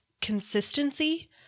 consistency